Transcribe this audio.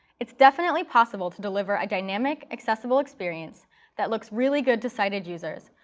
it's definitely possible to deliver a dynamic, accessible experience that looks really good to sighted users,